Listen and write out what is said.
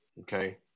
Okay